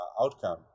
outcome